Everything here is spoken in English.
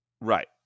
Right